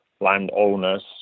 landowners